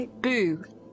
Boo